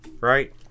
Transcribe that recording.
Right